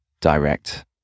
direct